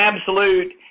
absolute